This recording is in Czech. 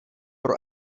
pro